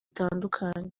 bitandukanye